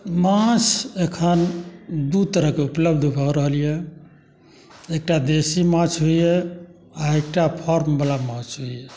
माँछ एखन दू तरहके उपलब्ध भऽ रहल यए एकटा देशी माँछ होइए आ एकटा फर्मवला माँछ होइए